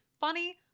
funny